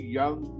young